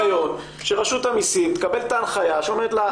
שרשות המיסים תקבל את ההנחיה שאומרת לה,